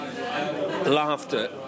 laughter